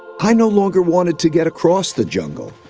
i no longer wanted to get across the jungle,